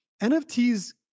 NFTs